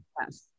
Yes